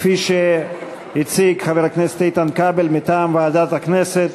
כפי שהציג חבר הכנסת איתן כבל מטעם ועדת הכנסת,